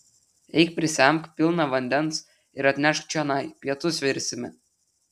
eik prisemk pilną vandens ir atnešk čionai pietus virsime